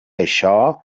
això